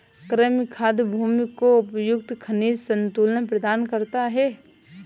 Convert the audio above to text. कृमि खाद भूमि को उपयुक्त खनिज संतुलन प्रदान करता है